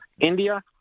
India